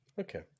Okay